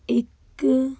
ਇੱਕ